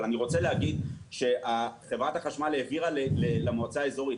אבל אני רוצה להגיד שחברת החשמל העבירה למועצה אזורית